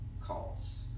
calls